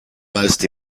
most